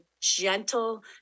gentle